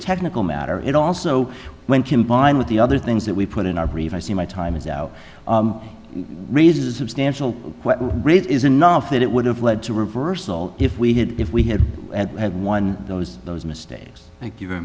technical matter it also when combined with the other things that we put in our brief i see my time is out raises substantial rate is enough that it would have led to reversal if we had if we had had one of those those mistakes thank you very